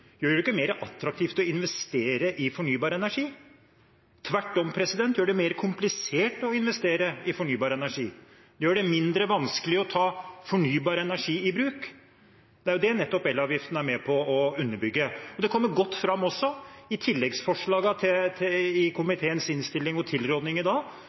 gjør det ikke mer attraktivt å investere i fornybar energi – tvert om, det gjør det mer komplisert å investere i fornybar energi og gjør det vanskeligere å ta fornybar energi i bruk. Det er nettopp det elavgiften er med på å underbygge. Det kommer godt fram også i tilleggsforslagene i komiteens innstilling og